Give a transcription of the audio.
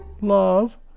Love